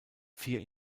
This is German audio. vier